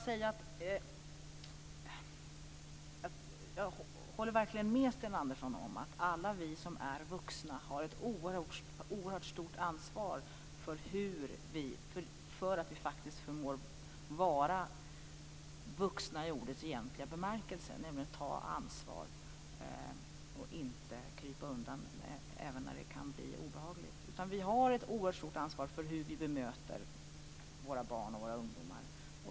Jag håller verkligen med Sten Andersson om att alla vi som är vuxna har ett oerhört stort ansvar för att vi faktiskt förmår vara vuxna i ordets egentliga bemärkelse. Det handlar om att ta ansvar och inte krypa undan när det kan bli obehagligt. Vi har ett oerhört stort ansvar för hur vi bemöter våra barn och ungdomar.